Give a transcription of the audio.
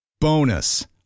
Bonus